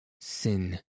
Sin